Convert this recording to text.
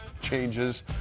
changes